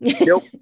Nope